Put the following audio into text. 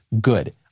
Good